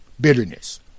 bitterness